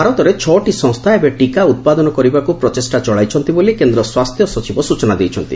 ଭାରତରେ ଛଅଟି ସଂସ୍ଥା ଏବେ ଟିକା ଉତ୍ପାଦନ କରିବାକୁ ପ୍ରଚେଷ୍ଟା ଚଳାଇଛନ୍ତି ବୋଲି କେନ୍ଦ୍ର ସ୍ୱାସ୍ଥ୍ୟ ସଚିବ ସୂଚନା ଦେଇଛନ୍ତି